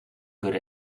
good